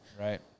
Right